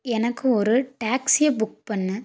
எனக்கு ஒரு டாக்ஸியை புக் பண்ணு